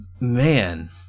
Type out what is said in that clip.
Man